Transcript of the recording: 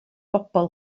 bobl